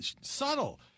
subtle